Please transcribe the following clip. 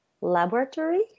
laboratory